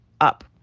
up